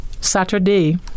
Saturday